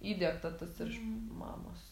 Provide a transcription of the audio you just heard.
įdiegta tas ir iš mamos